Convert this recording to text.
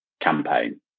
campaign